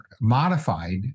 modified